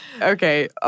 Okay